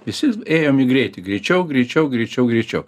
visi ėjom į greitį greičiau greičiau greičiau greičiau